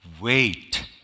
Wait